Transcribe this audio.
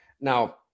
Now